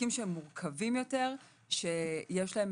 תיקים שהם מורכבים יותר ושיש להם